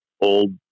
old